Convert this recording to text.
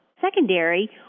secondary